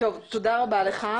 תודה רבה לך.